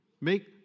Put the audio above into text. make